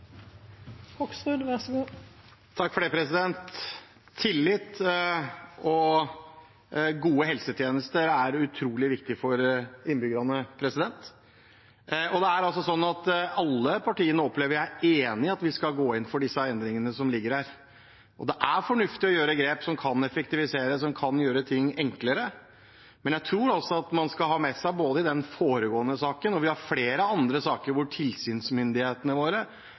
utrolig viktig for innbyggerne. Jeg opplever at alle partiene er enige om at vi skal gå inn for disse endringene som ligger her, og det er fornuftig å gjøre grep som kan effektivisere, som kan gjøre ting enklere. Men jeg tror også at man skal ha med seg – både i den foregående saken og i flere andre saker vi har – at tilsynsmyndighetene våre